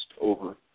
over